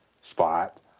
spot